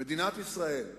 מדינת ישראל.